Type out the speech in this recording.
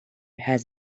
has